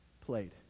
played